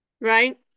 Right